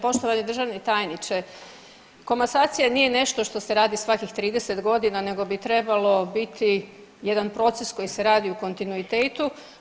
Poštovani državni tajniče, komasacija nije nešto što se radi svakih 30 godina nego bi trebalo biti jedan proces koji se radi u kontinuitetu.